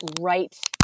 right